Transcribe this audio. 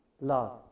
Love